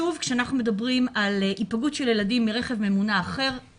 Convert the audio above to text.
כשאנחנו מדברים על היפגעות של ילדים מרכב ממונע אחר,